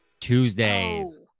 Tuesdays